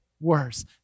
worse